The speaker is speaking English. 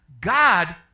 God